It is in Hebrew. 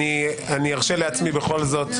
אני ארשה לעצמי בכל זאת,